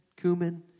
cumin